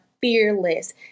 fearless